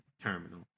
Terminal